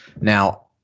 now